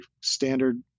standard